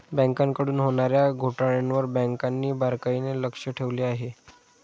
बँकांकडून होणार्या घोटाळ्यांवर बँकांनी बारकाईने लक्ष ठेवले आहे